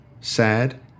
sad